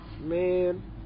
Man